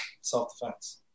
self-defense